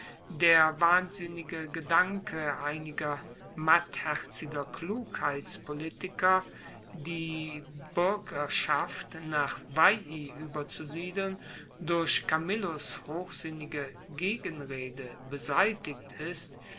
der wahnsinnige gedanke einiger mattherziger klugheitspolitiker die buergerschaft nach veii ueberzusiedeln durch camillus hochsinnige gegenrede beseitigt ist